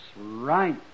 Right